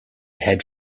head